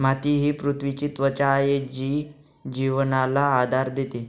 माती ही पृथ्वीची त्वचा आहे जी जीवनाला आधार देते